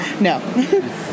No